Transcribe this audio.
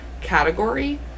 category